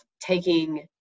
taking